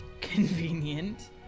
convenient